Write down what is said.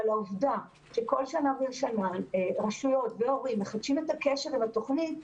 אבל העובדה שבכל שנה ושנה רשויות והורים מחדשים את הקשר עם התוכנית,